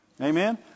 Amen